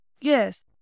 Yes